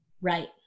Right